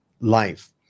life